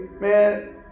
man